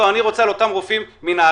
לא, אני רוצה על אותם רופאים מנהריה.